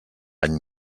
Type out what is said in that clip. any